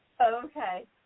Okay